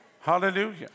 Hallelujah